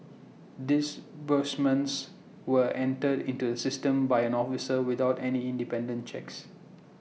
disbursements were entered into the system by an officer without any independent checks